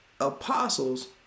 apostles